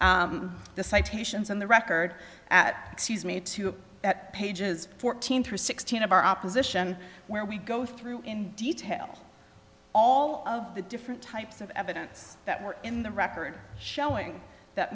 the citations on the record at excuse me two pages fourteen to sixteen of our opposition where we go through in detail all of the different types of evidence that were in the record showing that